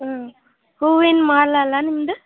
ಹ್ಞೂ ಹೂವಿನ ಮಾಲೆ ಅಲ್ಲ ನಿಮ್ದು